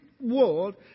world